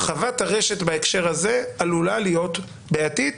הרחבת הרשת בהקשר הזה עלולה להיות בעייתית.